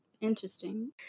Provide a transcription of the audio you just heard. Interesting